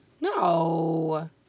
No